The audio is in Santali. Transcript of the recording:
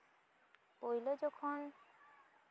ᱯᱳᱭᱞᱳ ᱡᱚᱠᱷᱚᱱ